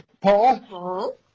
Paul